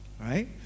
Right